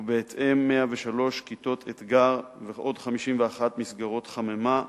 ובהתאם, 103 כיתות אתגר ועוד 51 מסגרות חממה,